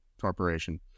Corporation